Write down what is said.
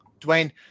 Dwayne